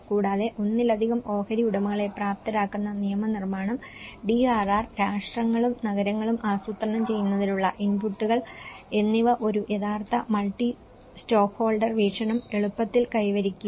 കൂടാതെ ഒന്നിലധികം ഓഹരി ഉടമകളെ പ്രാപ്തരാക്കുന്ന നിയമനിർമ്മാണം ഡിആർആർ രാഷ്ട്രങ്ങളും നഗരങ്ങളും ആസൂത്രണം ചെയ്യുന്നതിനുള്ള ഇൻപുട്ടുകൾ എന്നിവ ഒരു യഥാർത്ഥ മൾട്ടി സ്റ്റേക്ക്ഹോൾഡർ വീക്ഷണം എളുപ്പത്തിൽ കൈവരിക്കില്ല